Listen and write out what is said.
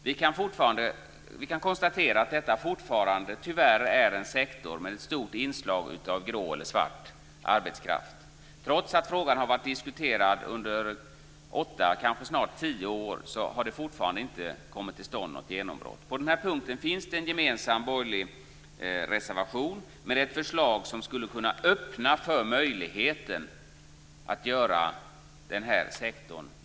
Vi kan konstatera att det fortfarande tyvärr är en sektor med ett stort inslag av grå eller svart arbetskraft. Trots att frågan har diskuterats under åtta, kanske snart tio, år så har det fortfarande inte kommit något genombrott till stånd. På den här punkten finns en gemensam borgerlig reservation med ett förslag som skulle kunna öppna för möjligheten att göra denna sektor vit.